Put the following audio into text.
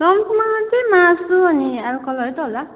रम्फूमा चाहिँ मासु अनि अलकोहलहरू त होला